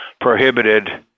prohibited